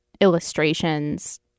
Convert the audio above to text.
illustrations